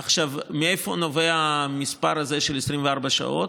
עכשיו, מאיפה נובע המספר הזה של 24 שעות?